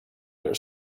their